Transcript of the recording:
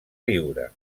viure